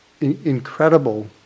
incredible